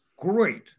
great